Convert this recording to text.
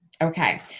Okay